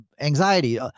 anxiety